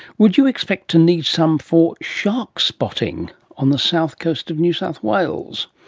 would you expect to need some for shark spotting on the south coast of new south wales?